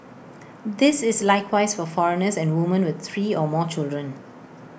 this is likewise for foreigners and woman with three or more children